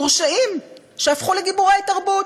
מורשעים שהפכו לגיבורי תרבות.